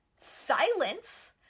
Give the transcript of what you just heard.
Silence